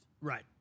Right